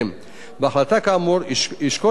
בהחלטה כאמור ישקול המפקח,